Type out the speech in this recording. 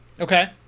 Okay